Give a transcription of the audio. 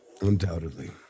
Undoubtedly